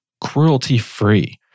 cruelty-free